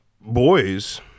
boys